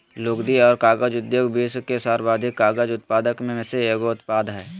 लुगदी और कागज उद्योग विश्व के सर्वाधिक कागज उत्पादक में से एगो उत्पाद हइ